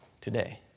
today